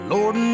Lord